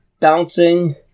bouncing